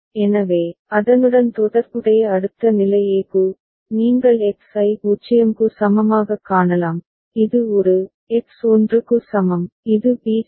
எனவே அதனுடன் தொடர்புடைய அடுத்த நிலை a க்கு நீங்கள் X ஐ 0 க்கு சமமாகக் காணலாம் இது ஒரு எக்ஸ் 1 க்கு சமம் இது b சரி